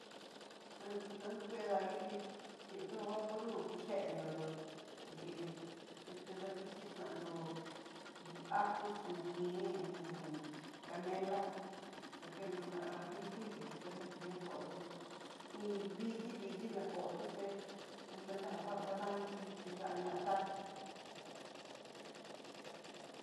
Han titando kué dayuti, xhinró vapurud, kuchendó nríi kiti dakiti nandó ajo chinan kin ajan canela lakendó lá gengible, ta cuenta ña kondó, iin vidii vidii na kondó té cuenta ajan vaka dañoxi chí ya'a ña tachí.